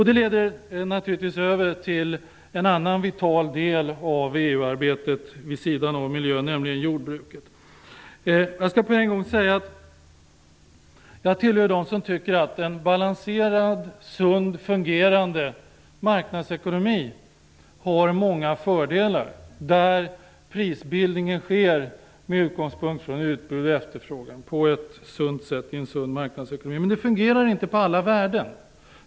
Det leder naturligtvis över till en annan vital del av EU-arbetet vid sidan av miljön, nämligen jordbruket. Jag skall på en gång säga att jag tillhör dem som tycker att en balanserad, sund och fungerande marknadsekonomi har många fördelar. I en sund marknadsekonomi sker prisbildningen med utgångspunkt från utbud och efterfrågan på ett sunt sätt. Men det fungerar inte på alla värden.